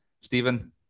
Stephen